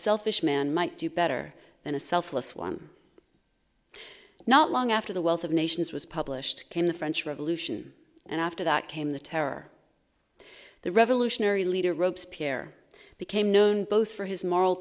selfish man might do better than a selfless one not long after the wealth of nations was published in the french revolution and after that came the terror the revolutionary leader ropes pierre became known both for his moral